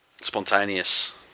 spontaneous